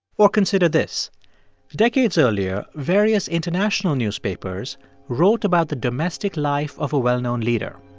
or consider this decades earlier, various international newspapers wrote about the domestic life of a well-known leader.